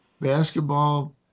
Basketball